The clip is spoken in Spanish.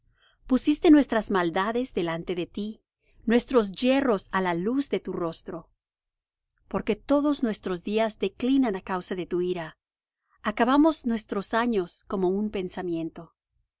pusiste nuestras maldades delante de ti nuestros yerros á la luz de tu rostro porque todos nuestros días declinan á causa de tu ira acabamos nuestros años como un pensamiento